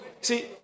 See